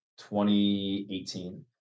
2018